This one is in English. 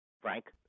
Frank